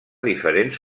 diferents